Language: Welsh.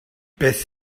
beth